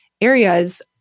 areas